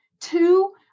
two